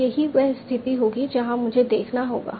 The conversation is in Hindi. तो यही वह स्थिति होगी जहां मुझे देखना होगा